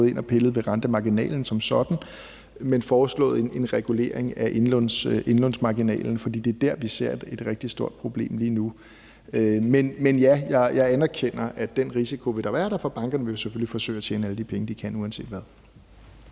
ind og har pillet ved rentemarginalen som sådan, men har foreslået en regulering af indlånsmarginalen, for det er der, vi ser et rigtig stort problem lige nu. Men ja, jeg anerkender, at den risiko vil der være der, for bankerne vi selvfølgelig forsøge at tjene alle de penge, de kan, uanset hvad.